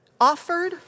offered